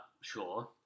sure